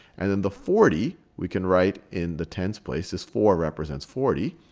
and then the forty we can write in the tens place. this four represents forty.